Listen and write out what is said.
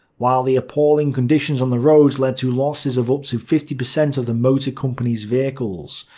while the appalling conditions on the roads led to losses of up to fifty percent of the motor company's vehicles.